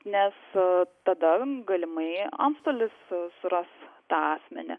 nes tada galimai antstolis suras tą asmenį